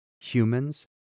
humans